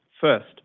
First